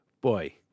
boy